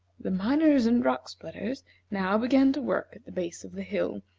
the miners and rock-splitters now began to work at the base of the hill,